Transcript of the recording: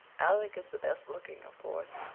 alec is the best looking, of course,